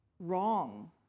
wrong